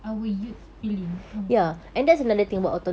our youth feeling faham ke